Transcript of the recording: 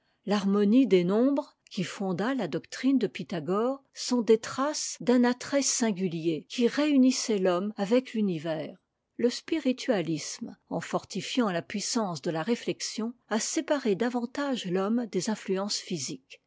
l'harmonie des nombres qui fonda la doctrine de pythagore sont des traces d'un attrait singulier qui réunissait l'homme avec l'univers le spiritualisme en fortifiant la puissance de la réflexion a séparé davantage l'homme des influences physiques